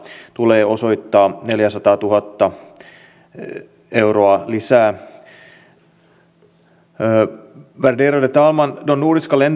olisi hyvä saada tietää myös missä ajanjaksossa hallitus nyt tulee sitä miettimään